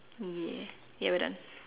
ya ya we're done